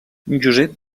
josep